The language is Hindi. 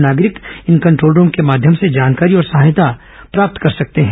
नागरिक इन कंट्रोल रूम के माध्यम से जानकारी और सहायता प्राप्त कर सकते हैं